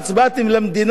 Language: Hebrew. באתם למדינה,